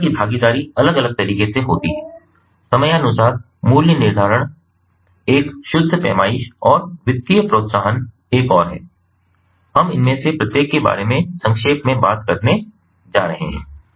उपभोक्ता की भागीदारी अलग अलग तरीकों से होती है समयानुसार मूल्य निर्धारण एक शुद्ध पैमाइश और वित्तीय प्रोत्साहन एक और है हम इनमें से प्रत्येक के बारे में संक्षेप में बात करने जा रहे हैं